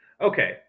Okay